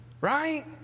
right